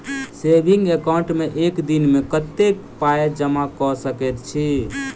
Saving account मे एक दिनमे कतेक पाई जमा कऽ सकैत छी?